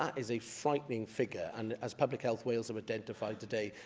is a frightening figure, and as public health wales have identified today,